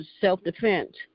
self-defense